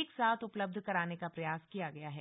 एक साथ उपलब्ध कराने का प्रयास किया गया है